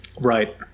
Right